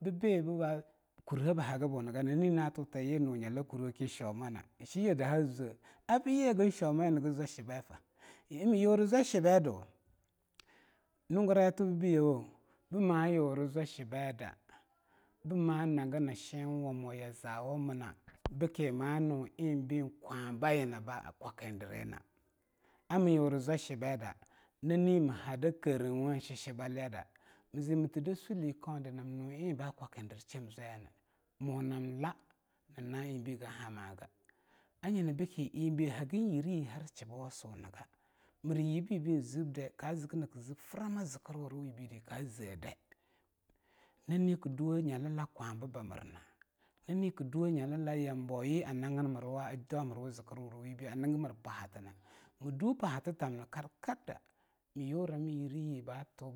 bii bea kurihe bii hag buniganida nii a thuta yii nu nyata kuriwo kii shoma, sheyeh daha zwea abii yii hagin shomayina gi zwa shibaida, yii mi yuri zwa shebaidu lungure thuhbu biyewo bii ma yuri zwa shibeada bii ma nagin shenwamo yazawamuna beaki ma nun eing bean kwahba yina baa kwakindirina a mii yuri zwa shebeada nani mii hada kehreuwoeh sheshi baliyada mii zii thea da sulli kauda nam nu eing ba kwakin dir shem zwayana mu nam laa na na eing bea hagin hamaga a nyina beakie eingbe haing yireyi har shibbawa suhnigah mir yibbibii zib dai ka zikinea kii zea frama zikirwurawi bide kaa zeah deah nani kii duwo nyilila kwaba bamirna nani kii duwoh nyalila yambo yii a nagin mirwa a daumirwa zikirwu ra wei bea a nigimir pahatina kii duh pahatithamna kar-kar da miii yura mii yiryi baa thuhbu han shemwanyine.